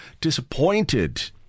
disappointed